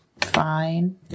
Fine